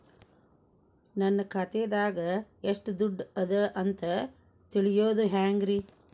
ನನ್ನ ಖಾತೆದಾಗ ಎಷ್ಟ ದುಡ್ಡು ಅದ ಅಂತ ತಿಳಿಯೋದು ಹ್ಯಾಂಗ್ರಿ?